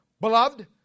Beloved